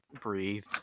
breathe